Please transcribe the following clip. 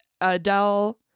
Adele